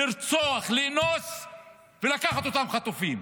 לרצוח, לאנוס ולקחת אותם חטופים.